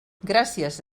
gràcies